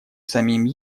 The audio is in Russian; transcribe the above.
самим